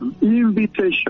invitation